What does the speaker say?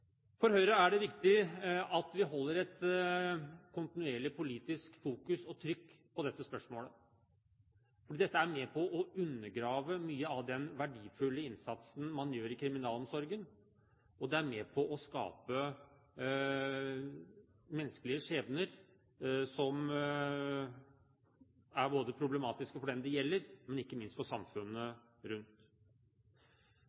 For Høyre er det viktig at vi har et kontinuerlig politisk søkelys og trykk på dette spørsmålet, fordi dette er med på å undergrave mye av den verdifulle innsatsen man gjør i kriminalomsorgen, og det er med på å skape menneskeskjebner som er problematiske både for dem det gjelder, og ikke minst for